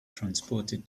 transported